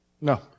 no